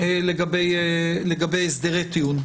לגבי הסדרי טיעון,